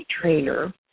trainer